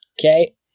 okay